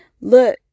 Look